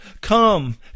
come